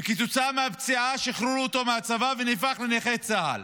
וכתוצאה מהפציעה שחררו אותו מהצבא והוא נהפך לנכה צה"ל